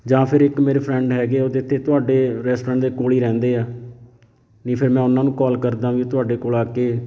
ਜਾਂ ਫਿਰ ਇੱਕ ਮੇਰੇ ਫਰੈਂਡ ਹੈਗੇ ਉਹਦੇ 'ਤੇ ਤੁਹਾਡੇ ਰੈਸਟੋਰੈਂਟ ਦੇ ਕੋਲ ਹੀ ਰਹਿੰਦੇ ਆ ਨਹੀਂ ਫਿਰ ਮੈਂ ਉਹਨਾਂ ਨੂੰ ਕੋਲ ਕਰਦਾ ਵੀ ਤੁਹਾਡੇ ਕੋਲ ਆ ਕੇ